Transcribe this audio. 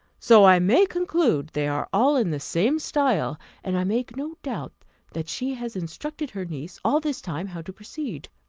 so i may conclude they are all in the same style and i make no doubt that she has instructed her niece, all this time, how to proceed.